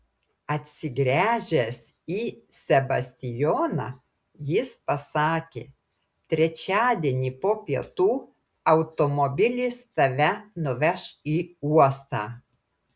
atsigręžęs į sebastijoną jis pasakė trečiadienį po pietų automobilis tave nuveš į uostą